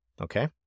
Okay